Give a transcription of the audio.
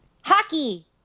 Hockey